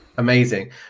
amazing